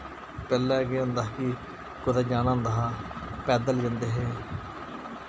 पैह्ले केह् होंदा हा कि कुतै जाना होंदा हा पैदल जन्दे हे